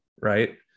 Right